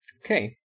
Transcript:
Okay